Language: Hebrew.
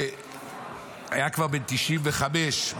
היה כבר בן 95,